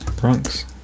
Bronx